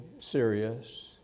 serious